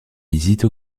visites